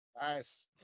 Nice